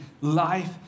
life